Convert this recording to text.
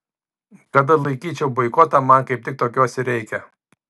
kad atlaikyčiau boikotą man kaip tik tokios ir reikia